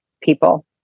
people